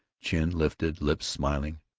chin lifted, lips smiling.